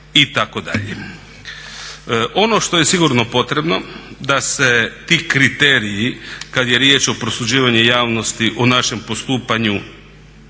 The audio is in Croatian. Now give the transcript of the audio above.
itd. Ono što je sigurno potrebno da se ti kriteriji kada je riječ o prosuđivanju javnosti o našem postupanju